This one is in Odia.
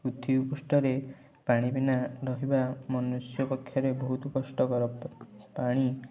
ପୃଥିବୀ ପୃଷ୍ଠରେ ପାଣି ବିନା ରହିବା ମନୁଷ୍ୟ ପକ୍ଷରେ ବହୁତ କଷ୍ଟକର ପାଣି